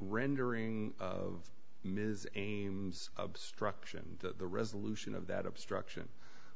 rendering of ms ames obstruction the resolution of that obstruction